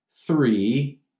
three